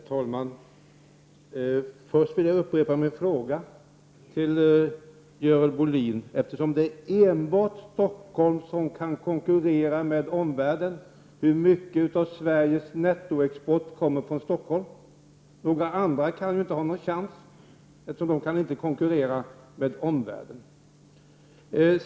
Herr talman! Först vill jag upprepa min fråga till Görel Bohlin, eftersom hon säger att det är enbart Stockholm som kan konkurrera med omvärlden. Hur mycket av Sveriges nettoexport kommer från Stockholm? Några andra kan ju inte ha någon chans, eftersom de inte kan konkurrera med omvärlden.